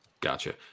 Gotcha